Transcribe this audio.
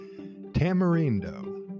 Tamarindo